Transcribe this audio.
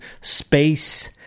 space